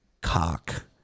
cock